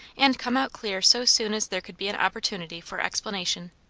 and come out clear so soon as there could be an opportunity for explanation.